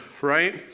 right